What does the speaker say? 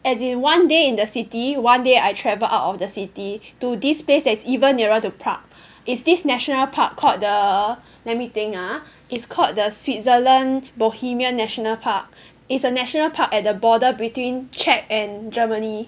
as in one day in the city one day I travel out of the city to this place that's even nearer to Prague it's this national park called the let me think ah it's called the Switzerland Bohemian national park it's a national park at the border between Czech and Germany